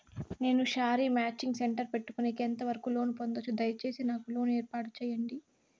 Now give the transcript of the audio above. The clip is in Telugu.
నేను శారీ మాచింగ్ సెంటర్ పెట్టుకునేకి ఎంత వరకు లోను పొందొచ్చు? దయసేసి నాకు లోను ఏర్పాటు సేయండి?